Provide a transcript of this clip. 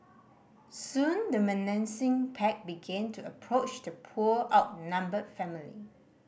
soon the menacing pack began to approach the poor outnumbered family